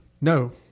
No